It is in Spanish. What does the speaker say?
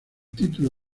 título